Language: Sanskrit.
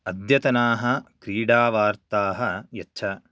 अद्यतनाः क्रीडावार्ताः यच्छ